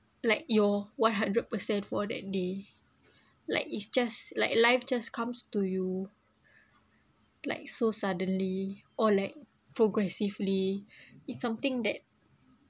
like your one hundred percent for that day like it's just like life just comes to you like so suddenly or like progressively it's something that